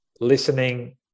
listening